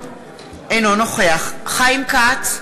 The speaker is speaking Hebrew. אינו נוכח חיים כץ,